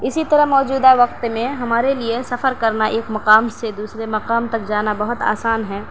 اسی طرح موجود وقت میں ہمارے لیے سفر کرنا ایک مقام سے دوسرے مقام تک جانا بہت آسان ہے